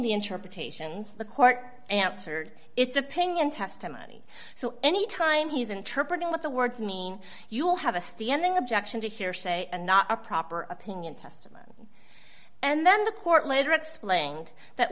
the interpretations the court answered it's opinion testimony so any time he's interpreted what the words mean you will have a standing objection to hearsay and not a proper opinion testimony and then the court later explained that